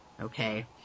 okay